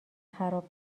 خراب